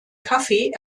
kaffee